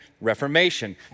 reformation